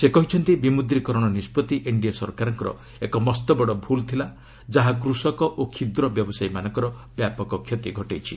ସେ କହିଛନ୍ତି ବିମ୍ବଦ୍ରିକରଣ ନିଷ୍ପଭି ଏନ୍ଡିଏ ସରକାରଙ୍କର ଏକ ମସ୍ତବଡ଼ ଭୁଲ୍ ଥିଲା ଯାହା କୃଷକ ଓ କ୍ଷୁଦ୍ର ବ୍ୟବସାୟୀମାନଙ୍କର ବ୍ୟାପକ କ୍ଷତି ଘଟାଇଛି